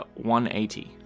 180